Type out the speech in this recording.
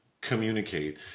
communicate